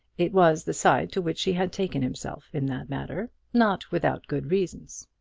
it was the side to which he had taken himself in that matter not without good reasons.